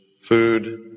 food